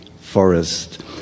forest